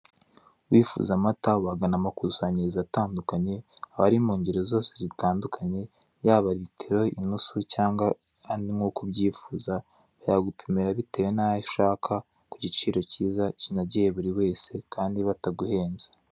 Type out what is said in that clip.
Wifuza amata wagana amakusanyirizo atandukanye, aba ari mu ngeri zose zitandukanye yaba ritiro inusu cyangwa arimo uko ubyifuza bayagupimira bitewe n'ayo ushaka bayagupimira ku giciro kiza kandi bataguhenze.